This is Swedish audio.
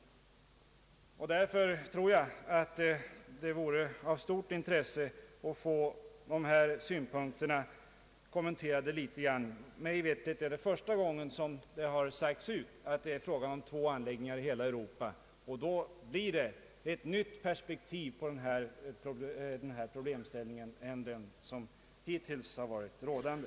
Därför vore det av stort intresse att få dessa mina synpunkter något kom menterade. Mig veterligt är det första gången som det har uttalats, att det är fråga om två anläggningar i hela Europa. Därigenom blir perspektivet på denna problemställning ett annat än det som hittills varit rådande.